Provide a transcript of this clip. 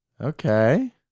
Okay